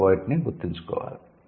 మీరు వీటిని గుర్తుంచుకోవాలి